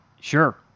Sure